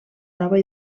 nova